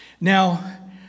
Now